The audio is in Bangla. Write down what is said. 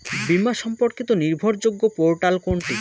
বীমা সম্পর্কিত নির্ভরযোগ্য পোর্টাল কোনটি?